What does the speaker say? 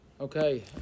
Okay